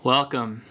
Welcome